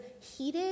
heated